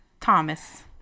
Thomas